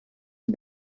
and